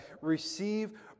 receive